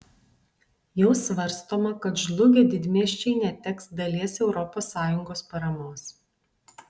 jau svarstoma kad žlugę didmiesčiai neteks dalies europos sąjungos paramos